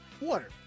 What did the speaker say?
Water